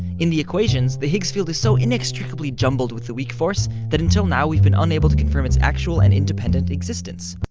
in the equations, the higgs field is so inextricably jumbled with the weak force, that until now we've been unable to confirm its actual and independent independent existence.